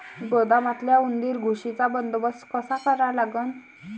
गोदामातल्या उंदीर, घुशीचा बंदोबस्त कसा करा लागन?